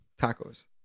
Tacos